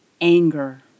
anger